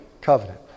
covenant